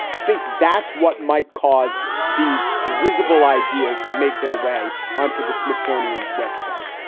i think that's what might cause these risible ideas to make their way onto the smithsonian's web site,